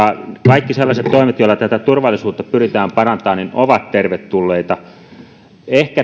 kaikki sellaiset toimet joilla tätä turvallisuutta pyritään parantamaan ovat tervetulleita ehkä